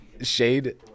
shade